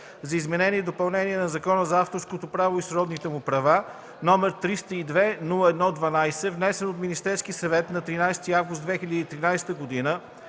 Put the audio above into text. за изменение и допълнение на Закона за авторското право и сродните му права, № 302-01-12, внесен от Министерски съвет на 13 август 2013 г.,